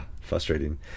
frustrating